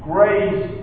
Grace